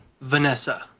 Vanessa